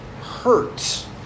hurts